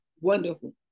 wonderful